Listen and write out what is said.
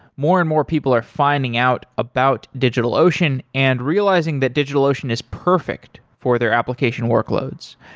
more and more people are finding out about digitalocean and realizing that digitalocean is perfect for their application workloads.